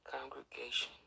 congregation